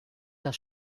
das